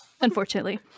unfortunately